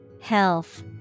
Health